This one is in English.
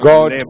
God